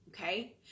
Okay